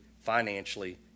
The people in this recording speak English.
financially